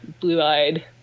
blue-eyed